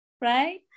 right